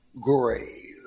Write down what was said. grave